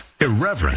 irreverent